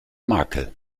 makel